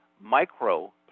micro